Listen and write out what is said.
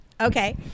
Okay